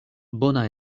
bona